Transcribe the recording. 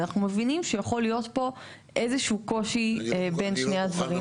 אנחנו מבינים שיכול להיות פה איזה שהוא קושי בין שני הדברים.